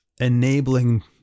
enabling